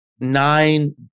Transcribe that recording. nine